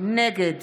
נגד